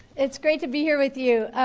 it's great to be here with you.